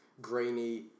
grainy